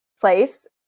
place